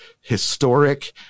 historic